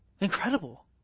Incredible